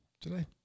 Today